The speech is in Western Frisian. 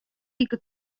wike